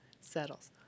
Settles